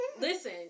Listen